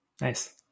Nice